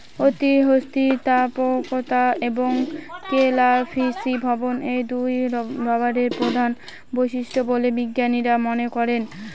অতি স্থিতিস্থাপকতা এবং কেলাসীভবন এই দুইই রবারের প্রধান বৈশিষ্ট্য বলে বিজ্ঞানীরা মনে করেন